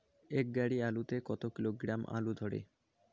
এক গাড়ি আলু তে কত কিলোগ্রাম আলু ধরে?